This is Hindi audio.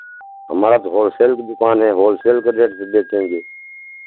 हमारा तो होलसेल की दुकान है होलसेल के रेट पर बेचेंगे